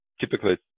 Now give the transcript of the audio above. Typically